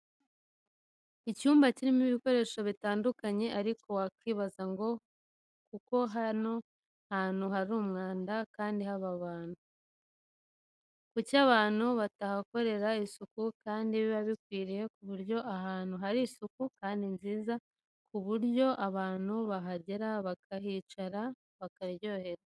Icyumba kirimo ibikoresho bitandukanye ariko wakwibanza ngo kuko hano hantu hari umwanda kandi haba abantu, kuki abantu batahakorera isuku, kandi biba bikwiye ku buryo ahantu hari isuku kandi nziza ku buryo abantu bahagera bakahicara bakaryoherwa.